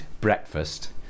breakfast